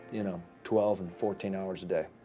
you know, twelve and fourteen hours a day.